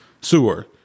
sewer